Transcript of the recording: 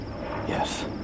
Yes